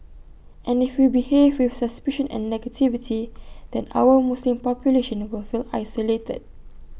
and if we behave with suspicion and negativity then our Muslim population will feel isolated